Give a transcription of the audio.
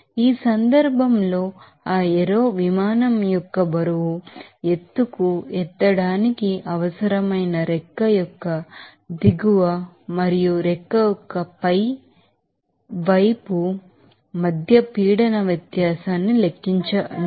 ఈ సందర్భంలో ఆ ఏరో విమానం యొక్క బరువును ఎత్తుకు ఎత్తడానికి అవసరమైన రెక్క యొక్క దిగువ మరియు రెక్క యొక్క పై వైపు మధ్య ప్రెషర్ డిఫరెన్సెస్ న్ని లెక్కించండి